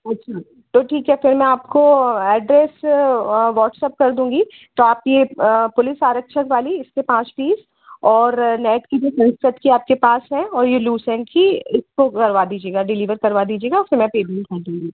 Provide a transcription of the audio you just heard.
अच्छा तो ठीक तो फ़िर मैं आपको एड्रेस व्हाट्सअप कर दूँगी तो आप यह पुलिस आरक्षक वाली इसके पाँच पीस और नेट की जो संस्कृत की आपके पास है और यह लुसेंट की इसको करवा दीजिएगा डिलीवर करवा दीजिएगा फ़िर मैं पेमेन्ट कर दूँगी